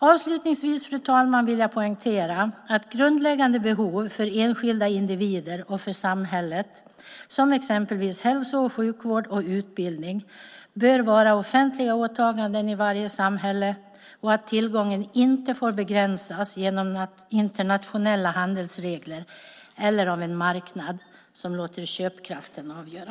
Avslutningsvis, fru talman, vill jag poängtera att grundläggande behov för enskilda individer och för samhället som exempelvis hälso och sjukvård och utbildning bör vara offentliga åtaganden i varje samhälle och att tillgången inte får begränsas genom internationella handelsregler eller av en marknad som låter köpkraften avgöra.